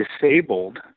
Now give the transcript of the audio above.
disabled